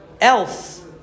else